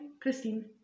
Christine